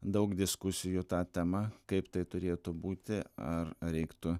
daug diskusijų ta tema kaip tai turėtų būti ar reiktų